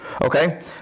Okay